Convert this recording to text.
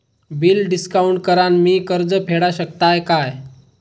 Bill discount करान मी कर्ज फेडा शकताय काय?